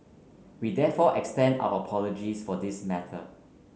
we therefore extend our apologies for this matter